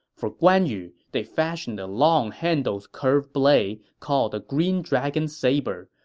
for guan yu they fashioned a long-handled curve blade called the green-dragon saber,